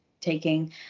taking